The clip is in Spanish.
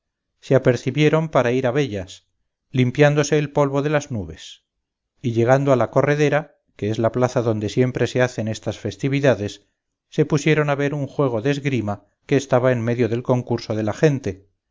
se apercibieron para ir a vellas limpiándose el polvo de las nubes y llegando a la corredera que es la plaza donde siempre se hacen estas festividades se pusieron a ver un juego de esgrima que estaba en medio del concurso de la gente